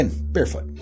barefoot